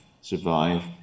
survive